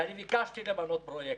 וביקשתי למנות פרויקטור,